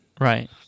Right